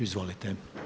Izvolite.